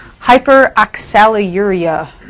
hyperoxaluria